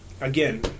again